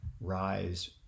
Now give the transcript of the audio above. rise